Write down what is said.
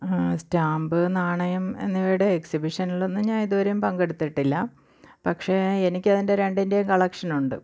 stamp നാണയം എന്നിവയുടെ എക്സിബിഷനിലൊന്നും ഞാൻ ഇതുവരെയും പങ്കെടുത്തിട്ടില്ല പക്ഷേ എനിക്ക് അതിൻ്റെ രണ്ടിൻ്റെയും കളക്ഷൻ ഉണ്ട്